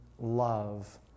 love